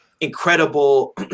incredible